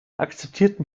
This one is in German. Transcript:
akzeptierten